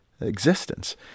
existence